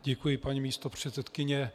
Děkuji, paní místopředsedkyně.